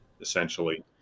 essentially